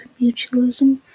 mutualism